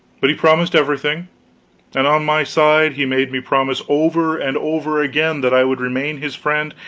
but he promised everything and on my side he made me promise over and over again that i would remain his friend,